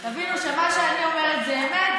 תבינו שמה שאני אומרת זה אמת,